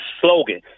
slogan